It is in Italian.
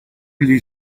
gli